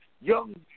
young